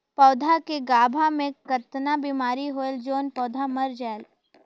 पौधा के गाभा मै कतना बिमारी होयल जोन पौधा मर जायेल?